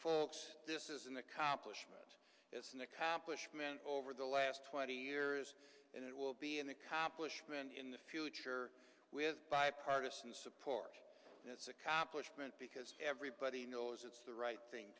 folks this is an accomplishment as an accomplishment over the last twenty years and it will be an accomplishment in the future with bipartisan support and it's accomplishment because everybody knows it's the right thing